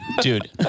Dude